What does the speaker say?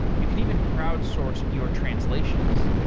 you can even crowd source your translations.